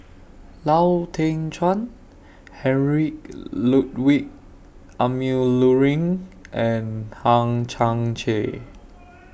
Lau Teng Chuan Heinrich Ludwig Emil Luering and Hang Chang Chieh